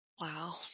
Wow